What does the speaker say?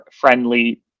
friendly